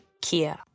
Kia